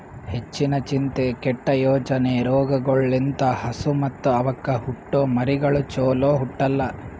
ಹೆಚ್ಚಿನ ಚಿಂತೆ, ಕೆಟ್ಟ ಯೋಚನೆ ರೋಗಗೊಳ್ ಲಿಂತ್ ಹಸು ಮತ್ತ್ ಅವಕ್ಕ ಹುಟ್ಟೊ ಮರಿಗಳು ಚೊಲೋ ಹುಟ್ಟಲ್ಲ